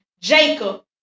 Jacob